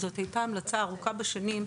זאת הייתה המלצה ארוכה בשנים,